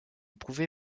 prouvé